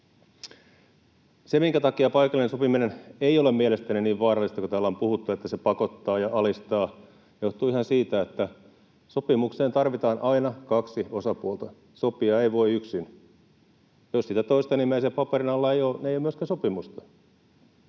Se, minkä takia paikallinen sopiminen ei ole mielestäni niin vaarallista — täällä on puhuttu siitä, että se pakottaa ja alistaa —, johtuu ihan siitä, että sopimukseen tarvitaan aina kaksi osapuolta, sopia ei voi yksin. Jos sitä toista nimeä siinä paperin alla ei ole, ei ole myöskään sopimusta.